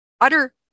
utter